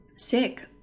sick